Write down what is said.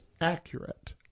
accurate